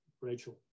Rachel